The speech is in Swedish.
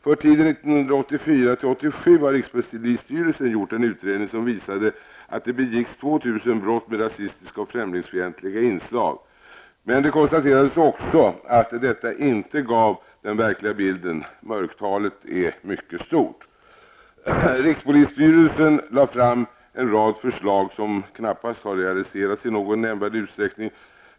För tiden 1984--1987 har rikspolisstyrelsen gjort en utredning, som visade att det begicks 2 000 brott med rasistiska och främlingsfientliga inslag. Men det konstaterades också att detta inte gav den verkliga bilden; mörkertalet är mycket stort. Rikspolisstyrelsen lade fram en rad förslag, som knappast har realiserats i någon nämnvärd utsträckning.